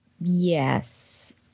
Yes